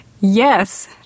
Yes